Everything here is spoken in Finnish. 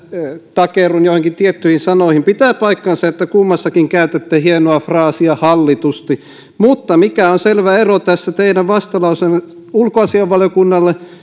takerrun joihinkin tiettyihin sanoihin pitää paikkansa että kummassakin käytätte hienoa fraasia hallitusti mutta se mikä on selvä ero tässä teidän vastalauseessanne ulkoasiainvaliokunnalle